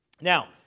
Now